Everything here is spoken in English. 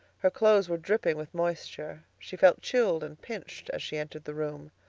her clothes were dripping with moisture. she felt chilled and pinched as she entered the room.